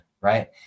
right